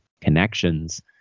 connections